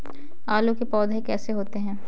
आलू के पौधे कैसे होते हैं?